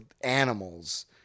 animals